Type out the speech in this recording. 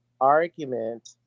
argument